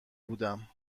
بودم